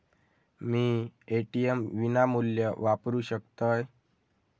मी ATM विनामूल्य वापरू शकतय?